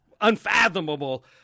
unfathomable